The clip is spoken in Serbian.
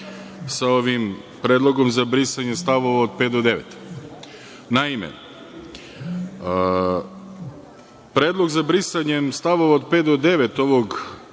sa ovim predlogom za brisanje stavova od 5 do 9.Naime, predlog za brisanje stavova od 5 do 9 ovog